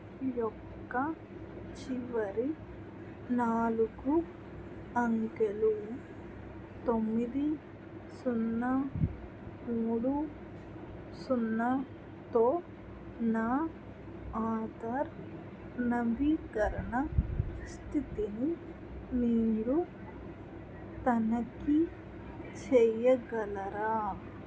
యొక్క చివరి నాలుగు అంకెలు తొమ్మిది సున్నా మూడు సున్నాతో నా ఆధార్ నవీకరణ స్థితిని మీరు తనఖీ చెయ్యగలరా